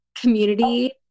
community